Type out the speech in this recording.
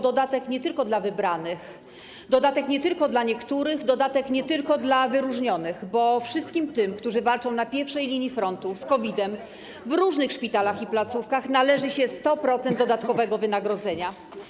Dodatek nie tylko dla wybranych, dodatek nie tylko dla niektórych, dodatek nie tylko dla wyróżnionych, bo wszystkim tym, którzy walczą na pierwszej linii frontu z COVID-em w różnych szpitalach i placówkach, należy się 100% dodatkowego wynagrodzenia.